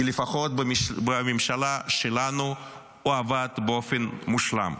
כי לפחות בממשלה שלנו הוא עבד באופן מושלם.